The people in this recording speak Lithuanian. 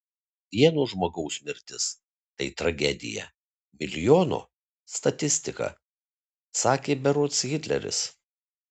vieno žmogaus mirtis tai tragedija milijono statistika sakė berods hitleris